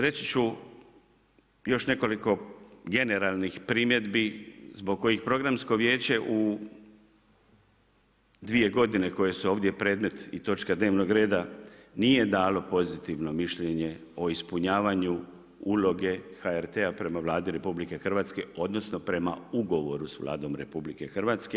Reći ću još nekoliko generalnih primjedbi zbog kojih Programsko vijeće u dvije godine koje su ovdje predmet i točka dnevnog reda nije dalo pozitivno mišljenje o ispunjavanju uloge HRT-a prema Vladi RH odnosno prema ugovoru sa Vladom RH.